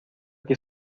que